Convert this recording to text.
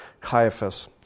Caiaphas